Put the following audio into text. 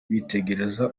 bitegereza